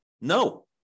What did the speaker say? No